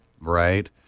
Right